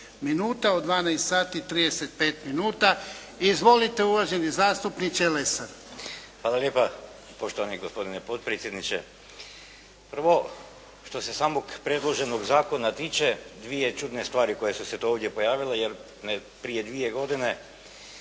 **Lesar, Dragutin (Nezavisni)** Hvala lijepa poštovani gospodine potpredsjedniče. Prvo što se samog predloženog zakona tiče dvije čudne stvari koje su se tu ovdje pojavile, jer prije dvije godine